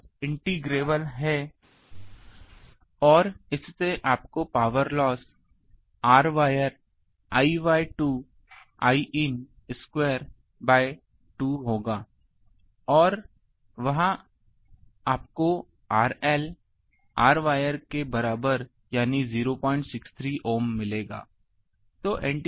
यह इंटेग्रेबल है और इससे आपको power loss rwire I by 2 Iin square by 2 होगा और वहाँ आपको RL rwire के बराबर यानी 063 ओम मिलेगा